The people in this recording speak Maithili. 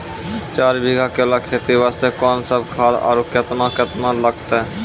चार बीघा केला खेती वास्ते कोंन सब खाद आरु केतना केतना लगतै?